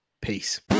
Peace